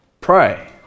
pray